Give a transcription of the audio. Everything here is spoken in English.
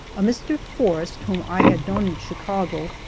a mr. forrest, whom i had known in chicago,